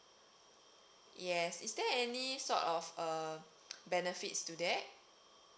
yes is there any sort of uh benefits to that